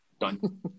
Done